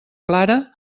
clara